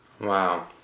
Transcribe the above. Wow